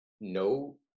no